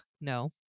no